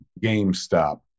GameStop